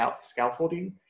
scaffolding